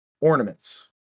Ornaments